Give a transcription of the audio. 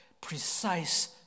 precise